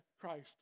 Christ